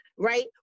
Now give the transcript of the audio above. Right